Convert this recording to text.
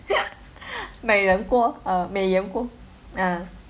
ah ah